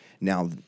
Now